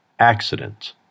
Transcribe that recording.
accidents